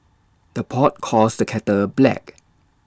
the pot calls the kettle black